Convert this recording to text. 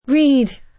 Read